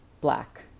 black